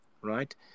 right